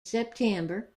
september